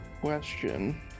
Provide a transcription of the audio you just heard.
question